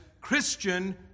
Christian